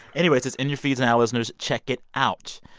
anyway, it's it's in your feeds now, listeners. check it out.